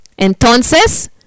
Entonces